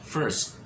First